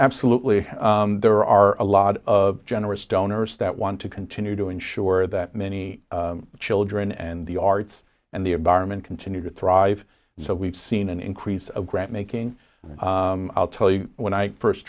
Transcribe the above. absolutely there are a lot of generous donors that want to continue to ensure that many children and the arts and the environment continue to thrive so we've seen an increase of grant making i'll tell you when i first